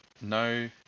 no